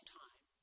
time